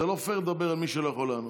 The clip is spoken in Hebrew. זה לא פייר לדבר על מי שלא יכול לענות.